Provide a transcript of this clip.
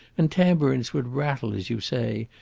and tambourines would rattle as you say,